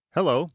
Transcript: Hello